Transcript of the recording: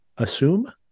assume